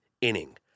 inning